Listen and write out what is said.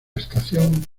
estación